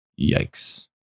yikes